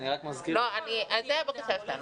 להחליט לקבוע תוקף קצר יותר ולהביא את הדבר שוב בפני הממשלה,